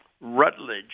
Rutledge